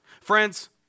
Friends